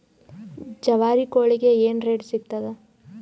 ಜವಾರಿ ಕೋಳಿಗಿ ಏನ್ ರೇಟ್ ಸಿಗ್ತದ?